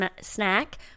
snack